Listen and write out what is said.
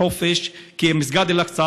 כי מסגד אל-אקצא,